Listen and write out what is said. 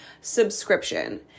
subscription